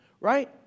right